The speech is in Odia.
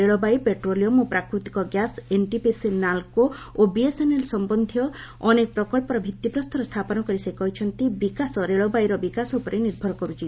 ରେଳବାଇ ପେଟ୍ରୋଲିୟମ୍ ଓ ପ୍ରାକୃତିକ ଗ୍ୟାସ୍ ଏନ୍ଟିପିସି ନାଲ୍କୋ ଓ ବିଏସ୍ଏନ୍ଏଲ୍ ସମ୍ୟନ୍ଧୀୟ ଅନେକ ପ୍ରକଚ୍ଚର ଭିଭିପ୍ରସ୍ତର ସ୍ଥାପନ କରି ସେ କହିଛନ୍ତି ବିକାଶ ରେଳବାଇର ବିକାଶ ଉପରେ ନିର୍ଭର କରୁଛି